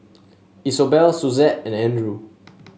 Isobel Suzette and Andrew